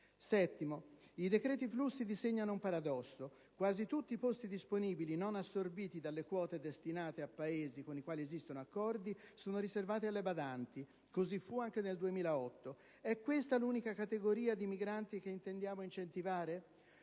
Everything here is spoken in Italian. I decreti flussi disegnano un paradosso. Quasi tutti i posti disponibili non assorbiti dalle quote destinate a Paesi con i quali esistono accordi, sono riservati alle badanti. Così fu anche nel 2008. È questa l'unica categoria di migranti che intendiamo incentivare?